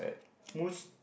mousse